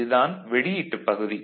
இது தான் வெளியீட்டுப் பகுதி